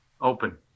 Open